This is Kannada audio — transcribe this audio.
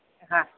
ಹಾಂ